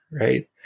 right